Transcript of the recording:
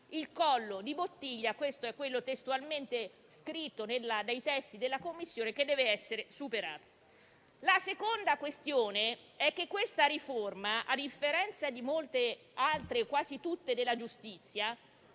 il collo di bottiglia - questo è quanto testualmente scritto nei testi della Commissione - che deve essere superato. La seconda questione è che questa riforma, a differenza di molte altre - quasi tutte le altre della giustizia